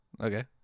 Okay